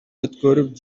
өткөрүп